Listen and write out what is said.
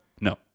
No